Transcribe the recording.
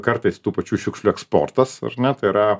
kartais tų pačių šiukšlių eksportas ar ne tai yra